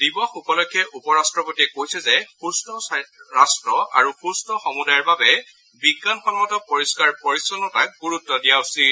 দিৱস উপলক্ষে উপ ৰাট্টপতিয়ে কৈছে যে সুস্থ ৰাট্ট আৰু সুস্থ সমূদায়ৰ বাবে বিজ্ঞানসন্মত পৰিস্থাৰ পৰিচ্ছন্নতাক গুৰুত্ব দিয়া উচিত